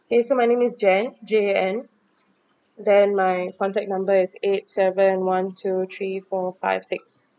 okay so my name is jan J A N then my contact number is eight seven one two three four five six